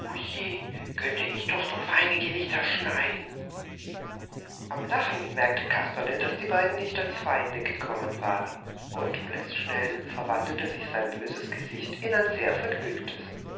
könnte ich doch so feine gesichter schneiden am lachen merkte kasperle daß die beiden nicht als feinde gekommen waren und blitzschnell verwandelte sich sein böses gesicht in ein sehr vergnügtes